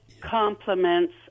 compliments